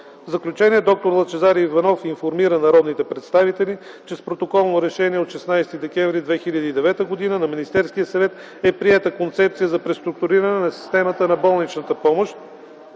заключение д-р Лъчезар Иванов информира народните представители, че с Протоколно решение от 16 декември 2009 г. на Министерския съвет е приета Концепция за преструктуриране на системата на болничната помощ,